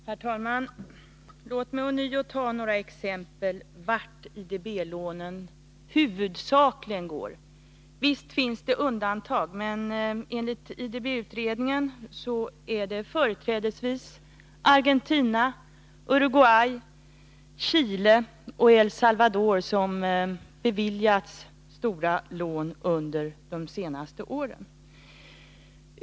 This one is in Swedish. Herr talman! Låt mig ånyo ta några exempel på vart IDB-lånen huvudsakligen går. Visst finns undantag, men enligt IDB-utredningen är det företrädesvis Argentina, Uruguay, Chile och El Salvador som har beviljats stora lån under de senaste åren.